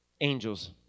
angels